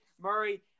Murray